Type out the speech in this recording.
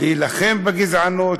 להילחם בגזענות,